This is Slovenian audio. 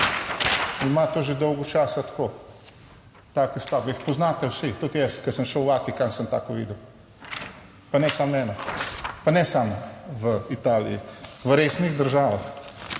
ima to že dolgo časa tako, take stavbe, jih poznate vsi, tudi jaz, ko sem šel v Vatikan, sem tako videl, pa ne samo ena, pa ne samo v Italiji, v resnih državah.